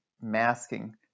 masking